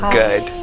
good